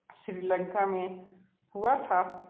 श्री लंका में हुआ था